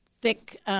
Thick